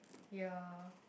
ya